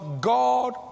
God